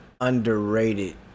underrated